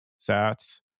sats